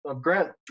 Grant